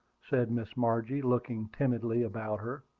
said miss margie, looking timidly about her.